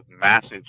massive